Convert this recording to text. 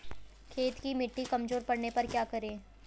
खेत की मिटी कमजोर पड़ने पर क्या करें?